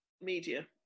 media